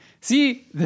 see